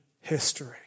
history